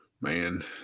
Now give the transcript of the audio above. Man